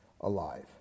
alive